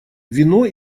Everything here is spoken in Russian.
вино